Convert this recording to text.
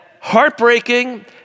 heartbreaking